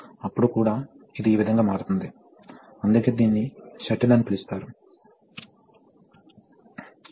కాబట్టి ఇప్పుడు ఇక్కడ ఏమి జరుగుతుందో చూడండి ఇక్కడ పంపు ప్రవాహం V అని అనుకుందాం